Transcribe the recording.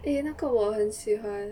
eh 那个我很喜欢